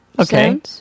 Okay